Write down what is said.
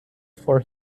for